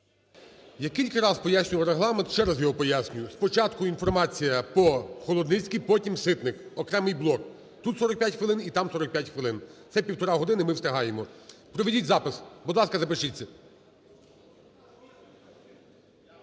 Я кілька раз пояснював Регламент і ще раз його пояснюю: спочатку інформація по… Холодницький, потім – Ситник, окремий блок. Тут 45 хвилин, і там 45 хвилин – це півтори години, ми встигаємо. Проведіть запис, будь ласка, запишіться.